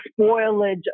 spoilage